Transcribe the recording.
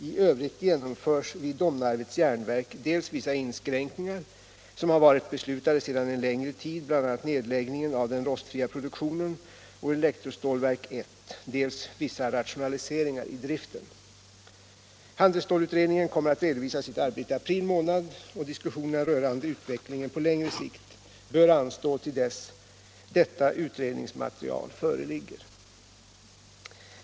I övrigt genomförs vid Domnarvets Jernverk dels vissa inskränkningar, som har varit beslutade sedan en längre tid, bl.a. nedläggningen av den rostfria produktionen och elektrostålverk 1, dels vissa rationaliseringar i driften. 3 Riksdagens protokoll 19761/77:66-69 Om åtgärder för att säkra sysselsättningen inom Handelsstålutredningérrkommer att redovisa sitt arbete i april månad och diskussionerna rörande utvecklingen på längre sikt bör anstå tills detta utredningsmaterial föreligger.